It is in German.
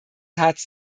herz